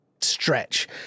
stretch